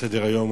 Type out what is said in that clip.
בסדר-היום,